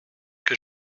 que